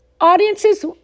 audiences